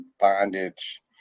bondage